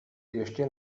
ještě